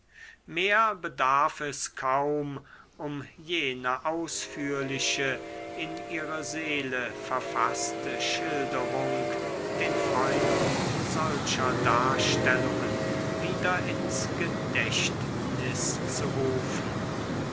mehr bedarf es kaum um jene ausführliche in ihre seele verfaßte schilderung den freunden solcher darstellungen wieder ins gedächtnis zu rufen